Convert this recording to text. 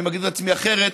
אני מגדיר את עצמי אחרת,